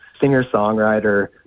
singer-songwriter